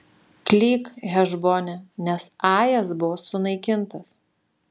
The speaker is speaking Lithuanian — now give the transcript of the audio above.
klyk hešbone nes ajas buvo sunaikintas